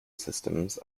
systems